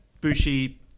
Bushi